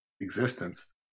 existence